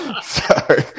Sorry